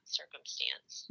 circumstance